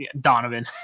Donovan